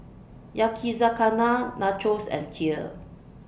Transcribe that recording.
Yakizakana Nachos and Kheer